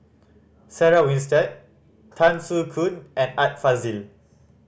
Sarah Winstedt Tan Soo Khoon and Art Fazil